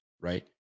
right